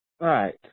right